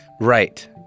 Right